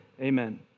Amen